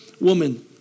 woman